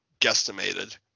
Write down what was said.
guesstimated